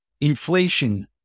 inflation